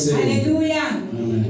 Hallelujah